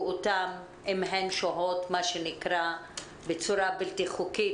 אותן אם הן שוהות בצורה בלתי חוקית,